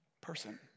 person